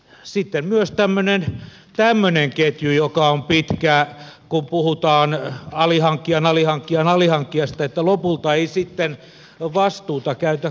sitten on myös tämmöinen ketju joka on pitkä kun puhutaan alihankkijan alihankkijan alihankkijasta että lopulta ei sitten vastuuta käytä kukaan